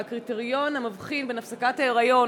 והקריטריון המבחין בין הפסקת היריון